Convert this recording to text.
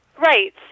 Right